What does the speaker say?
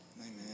Amen